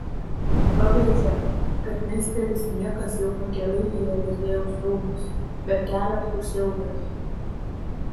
pabrėžia kad misteris niekas jau pakeliui į eliziejaus rūmus bet kelias bus ilgas